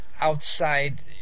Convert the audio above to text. outside